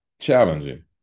challenging